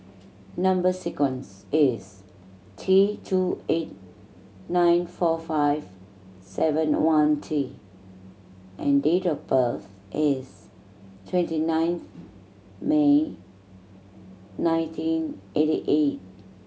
number sequence is T two eight nine four five seven one T and date of birth is twenty ninth May nineteen eighty eight